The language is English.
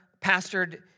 pastored